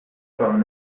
kwam